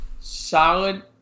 solid